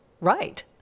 Right